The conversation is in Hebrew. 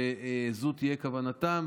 זו תהיה כוונתם,